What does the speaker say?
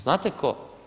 Znate tko?